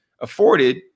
afforded